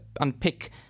unpick